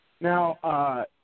Now